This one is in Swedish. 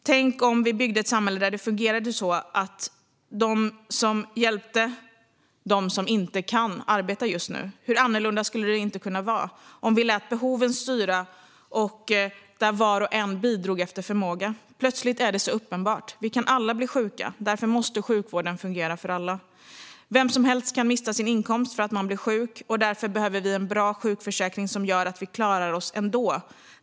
Tänk om vi byggde ett samhälle där det fungerade så att de som kan arbeta hjälpte de som inte kan arbeta just nu. Hur annorlunda skulle det inte kunna vara om vi lät behoven styra och var och en bidrog efter förmåga? Plötsligt är det uppenbart. Vi kan alla bli sjuka. Därför måste sjukvården fungera för alla. Vem som helst kan mista sin inkomst för att man blir sjuk, och därför behöver vi en bra sjukförsäkring som gör att vi klarar oss ändå.